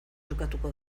jokatuko